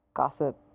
gossip